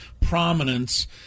prominence